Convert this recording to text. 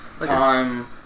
time